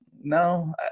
no